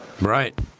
Right